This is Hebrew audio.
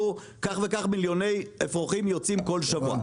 כך וכך מיליוני אפרוחים יוצאים בכל שבוע,